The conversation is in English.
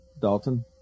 Dalton